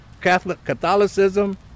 Catholicism